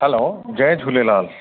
हलो जय झूलेलाल